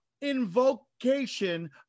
invocation